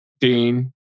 dean